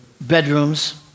bedrooms